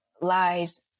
lies